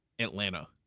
Atlanta